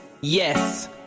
yes